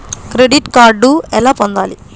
Credit card ఎలా పొందాలి?